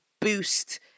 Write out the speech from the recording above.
boost